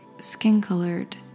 skin-colored